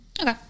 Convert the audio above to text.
Okay